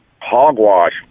Hogwash